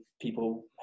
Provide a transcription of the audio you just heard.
people